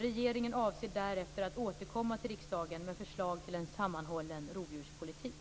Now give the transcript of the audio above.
Regeringen avser därefter att återkomma till riksdagen med förslag till en sammanhållen rovdjurspolitik.